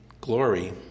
glory